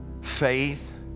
faith